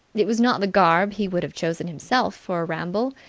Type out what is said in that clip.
it was not the garb he would have chosen himself for a ramble,